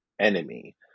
enemy